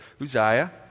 Uzziah